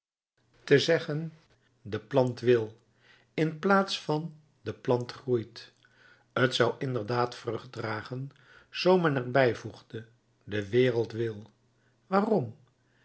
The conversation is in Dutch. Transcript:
te zeggen de plant wil in plaats van de plant groeit t zou inderdaad vrucht dragen zoo men er bij voegde de wereld wil waarom